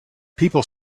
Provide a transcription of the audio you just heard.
people